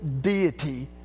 deity